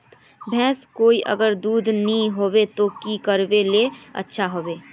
भैंस कोई अगर दूध नि होबे तो की करले ले अच्छा होवे?